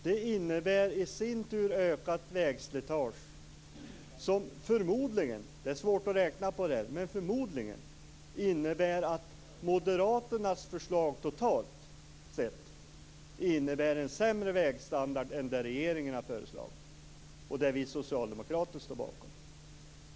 Det innebär i sin tur ökat vägslitage, som förmodligen - det är svårt att räkna på det - innebär att moderaternas förslag totalt sett medför en sämre vägstandard än det regeringen har lagt fram och som vi socialdemokrater strå bakom.